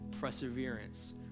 Perseverance